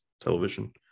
television